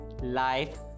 life